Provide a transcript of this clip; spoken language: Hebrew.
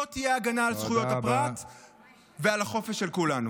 לא תהיה ההגנה על זכויות הפרט ועל החופש של כולנו.